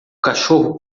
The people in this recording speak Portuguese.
cachorro